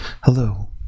Hello